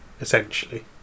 essentially